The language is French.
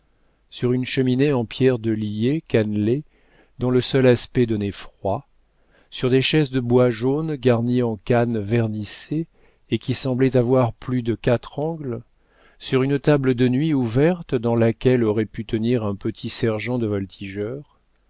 sur une cheminée en pierre de liais cannelée dont le seul aspect donnait froid sur des chaises de bois jaune garnies en canne vernissée et qui semblaient avoir plus de quatre angles sur une table de nuit ouverte dans laquelle aurait pu tenir un petit sergent de voltigeurs